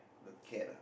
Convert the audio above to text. the cat lah